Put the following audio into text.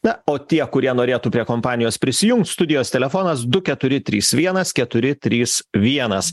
na o tie kurie norėtų prie kompanijos prisijungt studijos telefonas du keturi trys vienas keturi trys vienas